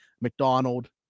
McDonald